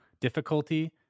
difficulty